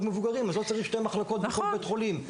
מבוגרים אז לא צריך שתי מחלקות בבית חולים,